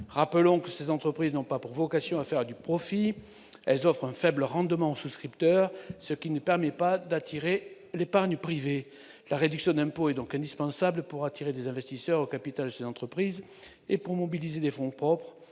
Rappelons que ces entreprises n'ont pas pour vocation de faire du profit. Elles offrent un faible rendement aux souscripteurs, ce qui ne permet pas d'attirer l'épargne privée. La réduction d'impôt est donc indispensable pour attirer des investisseurs au capital de ces entreprises et pour mobiliser des fonds propres